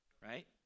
right